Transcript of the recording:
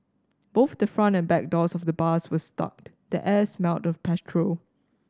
both the front and back doors of the bus were stuck the air smelled of petrol